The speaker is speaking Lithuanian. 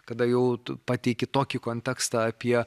kada jau tu pateiki tokį kontekstą apie